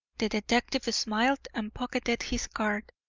the detective smiled and pocketed his card.